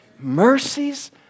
mercies